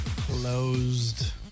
Closed